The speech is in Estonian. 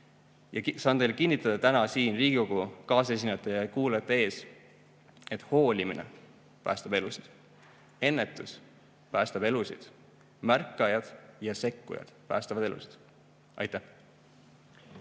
Saan teile kinnitada täna siin Riigikogus kaasesinejate ja kuulajate ees, et hoolimine päästab elusid. Ennetus päästab elusid. Märkajad ja sekkujad päästavad elusid. Aitäh!